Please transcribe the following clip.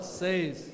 says